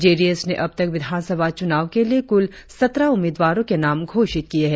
जे DS ने अब तक विधानसभा चुनाव के लिए कुल सत्रह उम्मीदवारों के नाम घोषित किए है